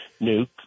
nuke